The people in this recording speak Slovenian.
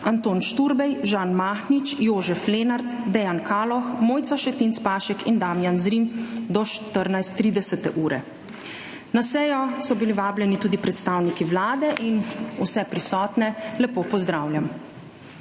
Anton Šturbej, Žan Mahnič, Jožef Lenart, Dejan Kaloh, Mojca Šetinc Pašek in Damijan Zrim do 14.30. Na sejo so bili vabljeni tudi predstavniki Vlade. Vse prisotne lepo pozdravljam!